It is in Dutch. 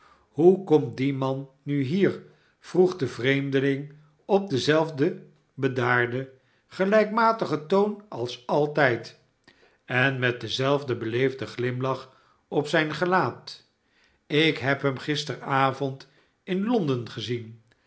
hoe komt die man nu trier vroeg de vreemdeling op denzelfden bedaarden gelijkmatigen toon als altijd en met denzelfden beleefden glimlach op zijn gelaat ik heb hem gisteravond in londen gezien